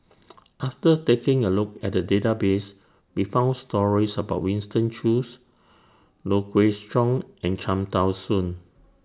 after taking A Look At The Database We found stories about Winston Choos Low Kway Song and Cham Tao Soon